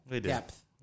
depth